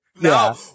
No